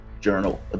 Journal